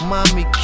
Mommy